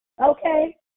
Okay